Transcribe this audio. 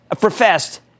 professed